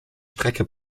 strecke